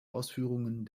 ausführungen